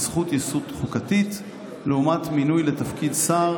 זכות יסוד חוקתית לעומת מינוי לתפקיד שר,